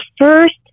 first